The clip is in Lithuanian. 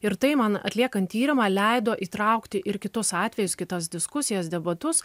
ir tai man atliekant tyrimą leido įtraukti ir kitus atvejus kitas diskusijas debatus